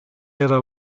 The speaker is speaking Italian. era